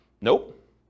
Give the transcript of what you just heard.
Nope